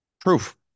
Proof